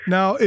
Now